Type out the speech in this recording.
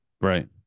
Right